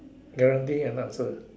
guarantee an answer